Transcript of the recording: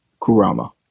Kurama